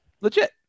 legit